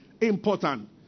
important